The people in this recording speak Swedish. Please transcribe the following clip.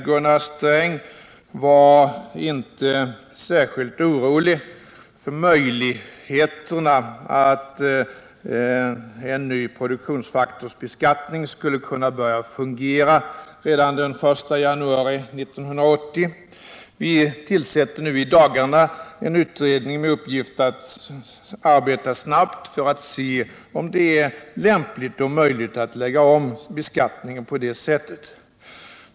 Gunnar Sträng var inte särskilt orolig för att en ny produktionsfaktorsbeskattning inte skulle kunna börja fungera redan den 1 januari 1980. Vi tillsätter i dagarna en utredning med uppgift att arbeta snabbt för att undersöka om det är lämpligt och möjligt att lägga om beskattningen på det sättet.